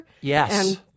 Yes